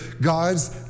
God's